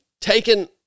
taken